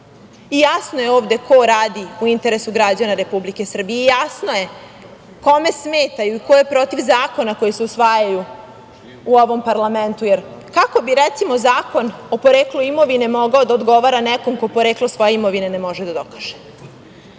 I jasno je ovde ko radi u interesu građana Republike Srbije i jasno je kome smetaju i ko je protiv zakona koji se usvajaju u ovom parlamentu. Jer, kako bi, recimo, Zakon o poreklu imovine mogao da odgovara nekom ko poreklo svoje imovine ne može da dokaže? Ali,